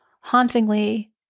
hauntingly